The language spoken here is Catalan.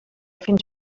fins